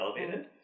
elevated